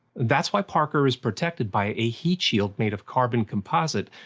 that's why parker is protected by a heat shield made of carbon composite,